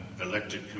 elected